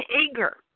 anger